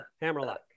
Hammerlock